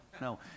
no